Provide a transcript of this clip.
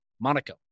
Monaco